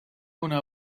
una